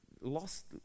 lost